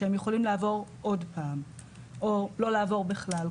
שהם יכולים לעבור עוד בנק או לא לעבור בכלל,